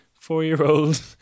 Four-year-old